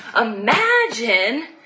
Imagine